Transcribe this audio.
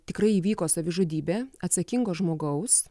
tikrai įvyko savižudybė atsakingo žmogaus